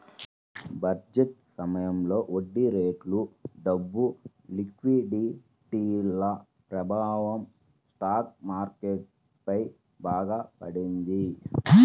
budget సమయంలో వడ్డీరేట్లు, డబ్బు లిక్విడిటీల ప్రభావం స్టాక్ మార్కెట్ పై బాగా పడింది